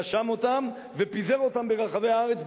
רשם אותם ופיזר אותם ברחבי הארץ,